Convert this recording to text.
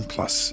Plus